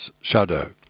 shadow